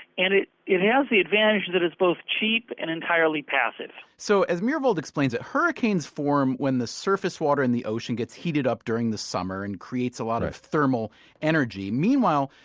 and it it has the advantage that it's both cheap and entirely passive so as myhrvold explains it, hurricanes form when the surface water in the ocean gets heated up during the summer and creates a lot of thermal energy. meanwhile,